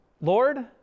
Lord